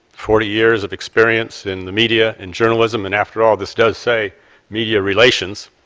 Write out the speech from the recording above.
forty years of experience in the media and journalism and after all, this does say media relations.